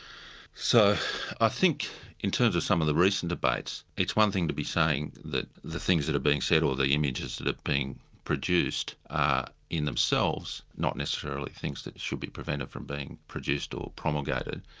so i think in terms of some of the recent debates, it's one thing to be saying that the things that are being said, or the images that are being produced, are in themselves not necessarily things that should be prevented from being produced or promulgated,